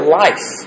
life